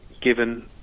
given